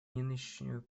нынешнюю